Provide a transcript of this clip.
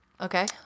Okay